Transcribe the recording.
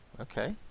Okay